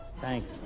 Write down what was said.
Thanks